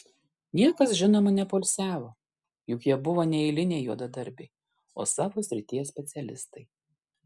niekas žinoma nepoilsiavo juk jie buvo ne eiliniai juodadarbiai o savo srities specialistai